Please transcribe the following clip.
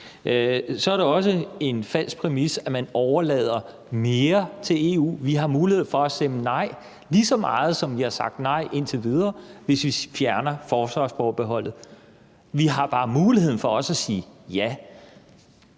er det også en falsk præmis, at man overlader mere til EU. Vi har mulighed for at stemme nej i lige så høj grad, som vi har sagt nej indtil videre, hvis vi fjerner forsvarsforbeholdet. Vi har bare muligheden for også at sige ja.